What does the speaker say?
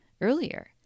earlier